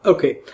Okay